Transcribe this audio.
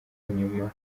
nyuma